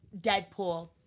Deadpool